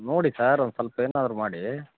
ನೋಡಿ ಸರ್ ಒಂದು ಸ್ವಲ್ಪ್ ಏನಾದರೂ ಮಾಡಿ